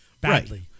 badly